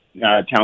town